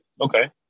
Okay